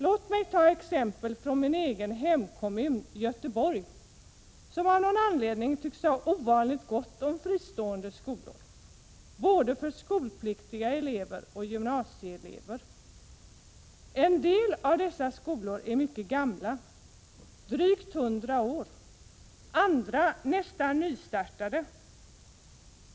Låt mig ta exempel från min egen hemkommun, Göteborgs kommun, som av någon anledning tycks ha ovanligt gott om fristående skolor, både för skolpliktiga elever och för gymnasieelever. En del av dessa skolor är mycket gamla — drygt 100 år —, andra nästan nystartade.